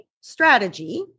strategy